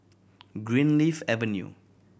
Greenleaf Avenue